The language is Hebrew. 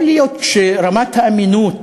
יכול להיות שרמת האמינות